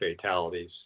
fatalities